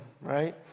right